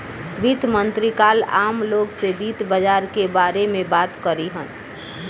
वित्त मंत्री काल्ह आम लोग से वित्त बाजार के बारे में बात करिहन